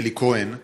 אלי כהן.